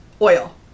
oil